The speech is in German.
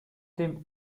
dem